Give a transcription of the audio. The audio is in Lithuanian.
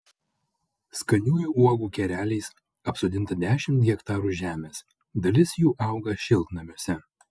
skaniųjų uogų kereliais apsodinta dešimt hektarų žemės dalis jų auga šiltnamiuose